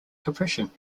compression